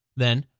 then,